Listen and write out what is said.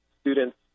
students